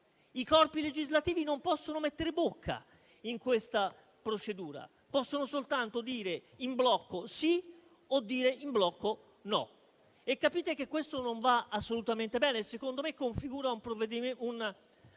I corpi legislativi non possono mettere bocca in questa procedura: possono soltanto dire in blocco sì o no, e capite che questo non va assolutamente bene. Secondo me, configura un profilo